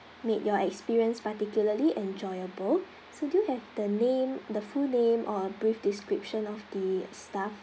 make your experience particularly enjoyable so do you have the name the full name or a brief description of the staff